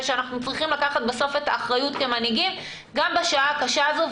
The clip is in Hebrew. שאנחנו צריכים לקחת בסוף את האחריות כמנהיגים גם בשעה הקשה הזו.